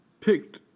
picked